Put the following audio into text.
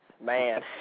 man